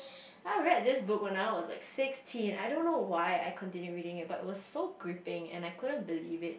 then I read this book when I was like sixteen I don't know why I continued reading it but it was so gripping and I couldn't believe it